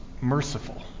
merciful